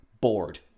bored